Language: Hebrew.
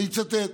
אני מצטט: